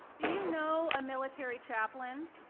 do you know a military chaplain?